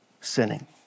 sinning